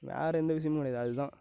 வேறு எந்த விஷயோமும் கிடையாது அதுதான்